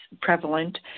prevalent